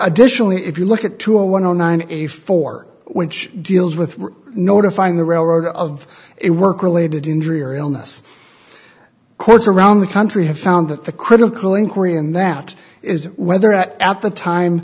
additionally if you look at two zero one zero nine a for which deals with notifying the railroad of it work related injury or illness courts around the country have found that the critical inquiry and that is whether at at the time